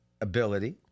ability